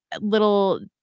little